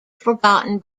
forgotten